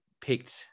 picked